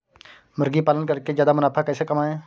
मुर्गी पालन करके ज्यादा मुनाफा कैसे कमाएँ?